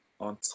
On